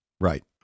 Right